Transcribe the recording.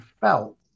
felt